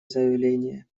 заявление